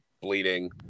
bleeding